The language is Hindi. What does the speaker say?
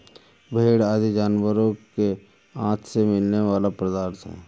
भेंड़ आदि जानवरों के आँत से मिलने वाला पदार्थ है